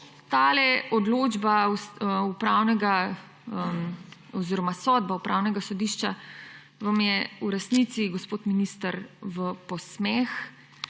Ta sodba Upravnega sodišča vam je v resnici, gospod minister, v posmeh.